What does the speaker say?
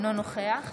אינו נוכח